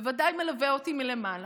בוודאי מלווה אותי מלמעלה,